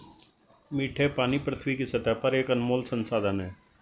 मीठे पानी पृथ्वी की सतह पर एक अनमोल संसाधन है